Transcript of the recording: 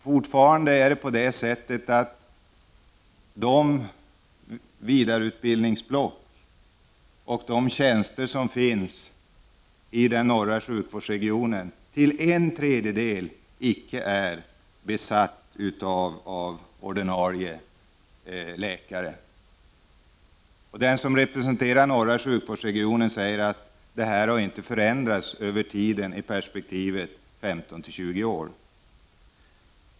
Fortfarande är de vidareutbildningsblock och de tjänster som finns i den norra sjukvårdsregionen till en tredjedel icke besatta av ordinarie läkare. Den som representerar norra sjukvårdsregionen säger att detta inte har förändrats i perspektivet av 15-20 års tid.